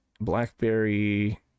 BlackBerry